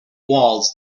walls